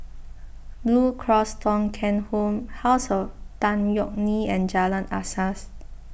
Blue Cross Thong Kheng Home House of Tan Yeok Nee and Jalan Asas